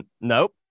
nope